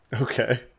okay